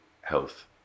health